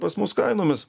pas mus kainomis